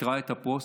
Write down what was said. וניטרה את הפוסט.